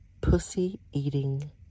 pussy-eating